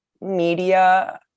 media